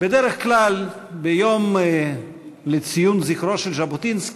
בדרך כלל ביום לציון זכרו של ז'בוטינסקי